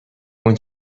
اون